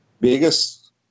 biggest